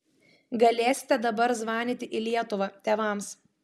galėsite dabar zvanyti į lietuvą tėvams